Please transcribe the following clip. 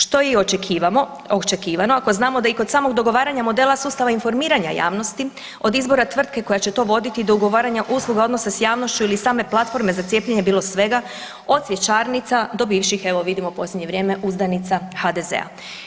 Što je i očekivano ako znamo da i kod samog dogovaranja modela sustava informiranja javnosti od izbora tvrtke koja će to voditi do ugovaranja usluga odnosa s javnošću ili same platforme za cijepljenje je bilo svega, od cvjećarnica, do bivših evo vidimo u posljednje vrijeme, uzdanica HDZ-a.